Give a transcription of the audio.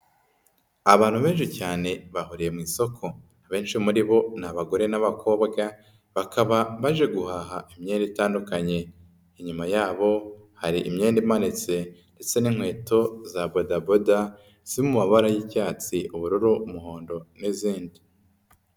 Abantu benshi cyane bahuriye mu isoko. Abenshi muri bo ni abagore n'abakobwa, bakaba baje guhaha imyenda itandukanye. Inyuma yabo hari imyenda imanitse ndetse n'inkweto za bodaboda, ziri mu mabara y'icyatsi, ubururu, umuhondo n'izindi.